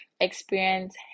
experience